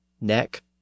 neck